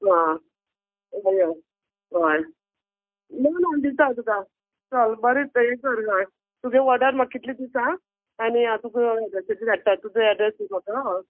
आ अय अ अय ना ना दिता तुका चल बरें त ए कर हय तुगे वॉर्डर म्हाक कितली ती सांग आनी हांव तुक एड्रॅसाचे धाट्टा तुजो एड्रॅस दी म्हाका ह